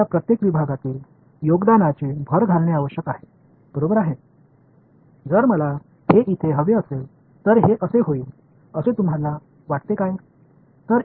எனவே இது என் X அச்சு மற்றும் நான் வைத்திருக்கிறேன் இடைவெளி ஒரே மாதிரியாக இருப்பது அவசியம் இல்லை என்றாலும் ஒரே மாதிரியாக இருக்கிறது